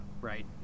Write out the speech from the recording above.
right